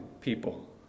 people